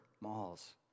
malls